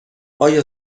آیا